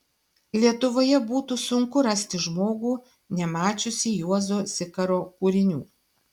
lietuvoje būtų sunku rasti žmogų nemačiusį juozo zikaro kūrinių